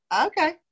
Okay